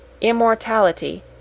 immortality